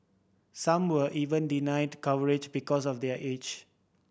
some were even denied coverage because of their age